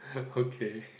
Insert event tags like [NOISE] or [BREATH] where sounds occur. [BREATH] okay